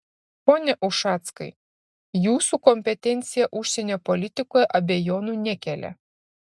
pone ušackai jūsų kompetencija užsienio politikoje abejonių nekelia